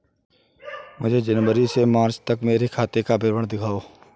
मुझे जनवरी से मार्च तक मेरे खाते का विवरण दिखाओ?